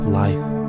life